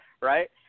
right